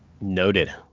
noted